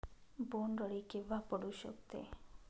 बोंड अळी केव्हा पडू शकते?